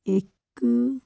ਇੱਕ